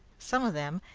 some of them,